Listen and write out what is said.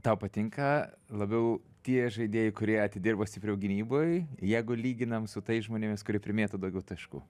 tau patinka labiau tie žaidėjai kurie atidirbo stipriau gynyboj jeigu lyginam su tais žmonėmis kurie primėto daugiau taškų